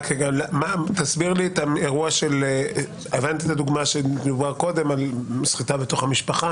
הבנתי את הדוגמה שדובר קודם על סחיטה בתוך המשפחה,